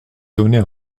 donner